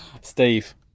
steve